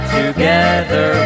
together